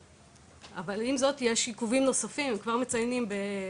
1-4. יש את 5-6 ו-1-4 גם ברוטנברג באשקלון,